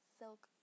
silk